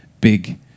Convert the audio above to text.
big